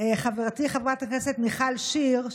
חברתי חברת הכנסת מיכל שיר,